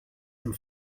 some